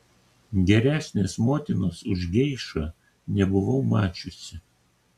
geresnės motinos už geišą nebuvau mačiusi